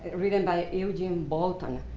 written by eugene bolton.